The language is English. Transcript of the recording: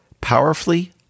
Powerfully